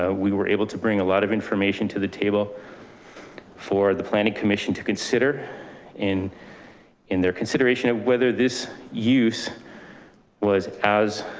ah we were able to bring a lot of information to the table for the planning commission to consider and in their consideration of whether this use was as.